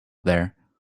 there